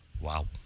Wow